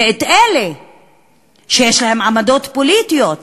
ואת אלה שיש להם עמדות פוליטיות,